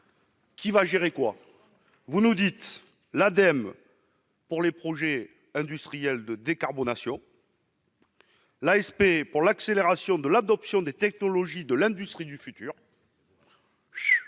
Qui gérera quoi ? Vous annoncez que l'Ademe se chargera des projets industriels de décarbonation, l'ASP de l'accélération de l'adoption des technologies de l'industrie du futur-